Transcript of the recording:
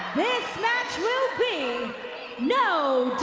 match will be no